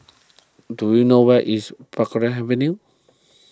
do you know where is Avenue